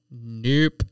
Nope